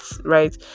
right